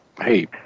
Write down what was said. hey